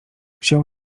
wziął